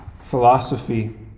philosophy